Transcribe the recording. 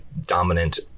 dominant